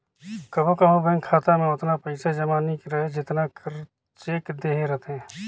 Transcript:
कभों कभों बेंक खाता में ओतना पइसा जमा नी रहें जेतना कर चेक देहे रहथे